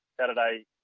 Saturday